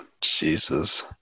Jesus